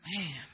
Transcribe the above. Man